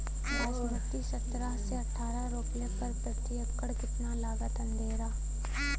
बासमती सत्रह से अठारह रोपले पर प्रति एकड़ कितना लागत अंधेरा?